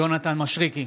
יונתן מישרקי,